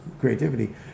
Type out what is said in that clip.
creativity